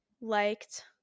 liked